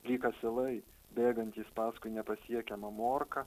lyg asilai bėgantys paskui nepasiekiamą morką